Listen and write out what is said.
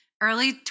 early